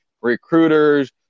recruiters